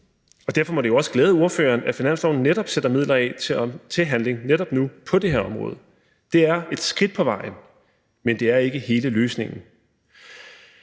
Og derfor må det også glæde ordføreren, at finansloven sætter midler af til det her område netop nu. Det er et skridt på vejen, men det er ikke hele løsningen.